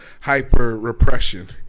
hyper-repression